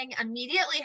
Immediately